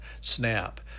Snap